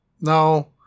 No